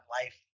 life